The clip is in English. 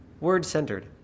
Word-centered